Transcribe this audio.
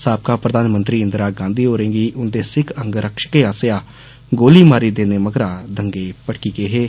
साबका प्रधानमंत्री इंदिरा गांधी होरे गी उन्दे सिख अंगरक्षकें आस्सेआ गोली मारी देने मगरा ढंग भड़की गए हे